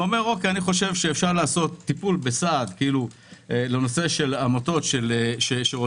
ואומר: אני חושב שאפשר לעשות טיפול לנושא של עמותות שרוצות